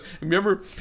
Remember